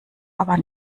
aber